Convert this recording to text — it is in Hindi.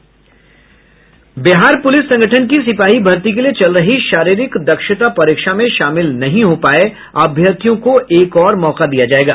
बिहार पुलिस संगठन की सिपाही भर्ती के लिए चल रही शारीरिक दक्षता परीक्षा में शामिल नहीं हो पाये अभ्यर्थियों को एक और मौका दिया जायेगा